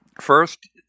First